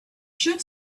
should